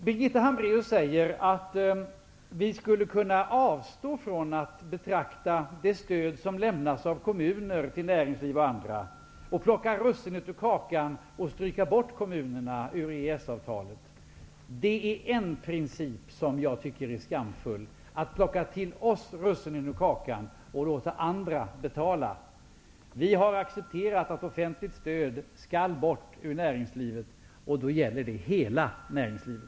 Birgitta Hambraeus säger att vi skulle kunna avstå från att ha med det stöd som lämnas av kommuner till näringsliv och andra -- vi skulle kunna plocka russinen ur kakan och stryka bort kommunerna ur EES-avtalet. En princip som jag tycker är skamfull är att plocka russinen ur kakan och låta andra betala. Vi har accepterat att offentligt stöd skall bort ur näringslivet, och då gäller det hela näringslivet.